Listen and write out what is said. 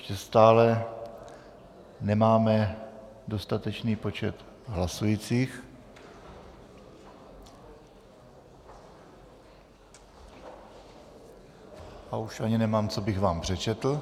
Ještě stále nemáme dostatečný počet hlasujících a už ani nemám, co bych vám přečetl.